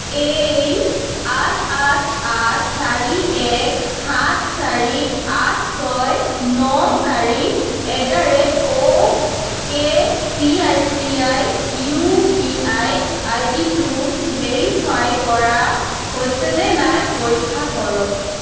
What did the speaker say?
এই আঠ আঠ আঠ চাৰি এক সাত চাৰি আঠ ছয় ন চাৰি at the rate O K C I C I U P I আইডিটো ভেৰিফাই কৰা হৈছেনে নাই পৰীক্ষা কৰক